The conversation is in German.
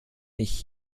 ich